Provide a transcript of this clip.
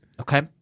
Okay